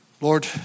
Lord